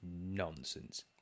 nonsense